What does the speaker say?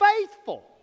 faithful